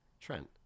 Trent